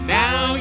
now